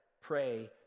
Pray